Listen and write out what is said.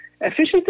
efficiency